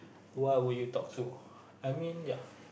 why will you talk to I mean ya